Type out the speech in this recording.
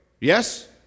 yes